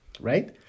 right